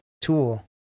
tool